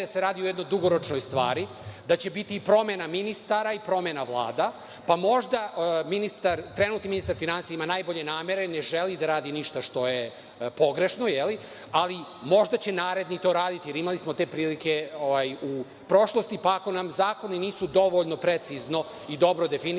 da se radi o nekoj dugoročnoj stvari, da će biti promena ministara i promena vlada, pa možda trenutni ministar finansija ima najbolje namere i ne želi da radi ništa što je pogrešno, ali možda će to naredni raditi, jer imali smo te prilike u prošlosti, pa ako nam zakoni nisu dovoljno precizno i dobro definisani,